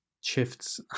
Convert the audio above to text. shifts